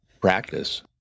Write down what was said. practice